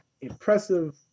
impressive